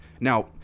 now